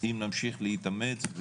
אם נמשיך להתאמץ,